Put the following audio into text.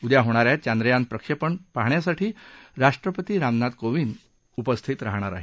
उद्या होणा या चांद्रयान प्रक्षेपण पाहण्यासाठी राष्ट्रपती रामनाथ कोविंद उपस्थित राहणार आहेत